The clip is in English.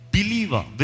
Believer